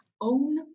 own